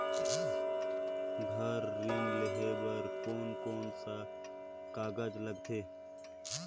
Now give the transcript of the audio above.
घर ऋण लेहे बार कोन कोन सा कागज लगथे?